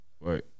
Right